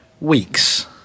weeks